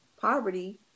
poverty